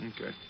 okay